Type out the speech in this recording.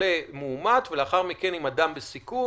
חולה מאומת ולאחר מכן עם אדם בסיכון.